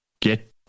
get